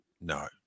no